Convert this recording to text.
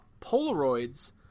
Polaroids